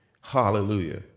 Hallelujah